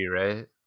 right